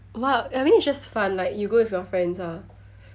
what I mean it's just fun like you go with your friends ah